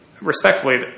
respectfully